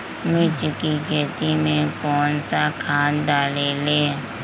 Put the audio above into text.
मिर्च की खेती में कौन सा खाद डालें?